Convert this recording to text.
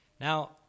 Now